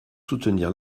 soutenir